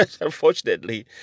Unfortunately